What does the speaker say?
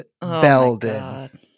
Belden